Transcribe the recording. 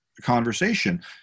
conversation